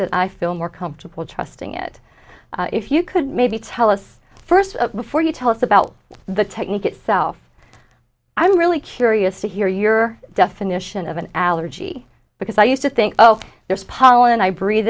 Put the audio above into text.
it i feel more comfortable trusting it if you could maybe tell us first before you tell us about the technique itself i'm really curious to hear your definition of an allergy because i used to think oh there's pollen i breathe